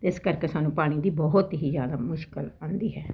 ਅਤੇ ਇਸ ਕਰਕੇ ਸਾਨੂੰ ਪਾਣੀ ਦੀ ਬਹੁਤ ਹੀ ਜ਼ਿਆਦਾ ਮੁਸ਼ਕਿਲ ਆਉਂਦੀ ਹੈ